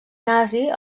nazi